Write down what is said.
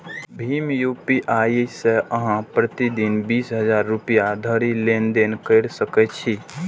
भीम UPI सं अहां प्रति दिन बीस हजार रुपैया धरि लेनदेन कैर सकै छी